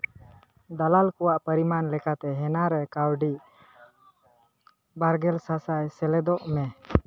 ᱫᱟᱞᱟᱞ ᱠᱚᱣᱟᱜ ᱯᱚᱨᱤᱱᱢᱟᱱ ᱞᱮᱠᱟᱛᱮ ᱦᱮᱱᱟᱨᱮ ᱠᱟᱹᱣᱰᱤ ᱵᱟᱨᱜᱮᱞ ᱥᱟᱼᱥᱟᱭ ᱥᱮᱞᱮᱫᱚᱜ ᱢᱮ